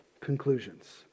conclusions